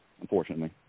unfortunately